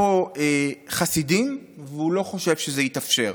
פה חסידים והוא לא חושב שזה יתאפשר.